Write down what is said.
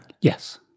Yes